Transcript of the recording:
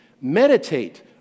Meditate